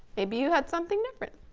maybe you had something different.